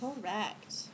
Correct